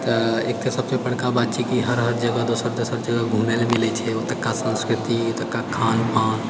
तऽ एक तऽ सबसँ बड़का बात छै कि हर जगह दोसर दोसर जगह घुमै लए मिलै छै ओतुका संस्कृति ओतुका खानपान